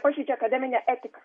pažeidžia akademinę etiką